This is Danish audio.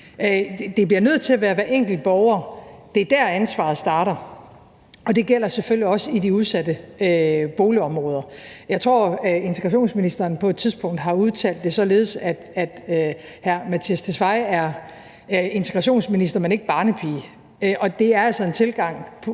Det bliver nødt til at være hver enkelt borgers ansvar – det er der, ansvaret starter, og det gælder selvfølgelig også i de udsatte boligområder. Jeg tror, at integrationsministeren på et tidspunkt har udtalt det således, at han er integrationsminister og ikke barnepige, og det er altså en tilgang,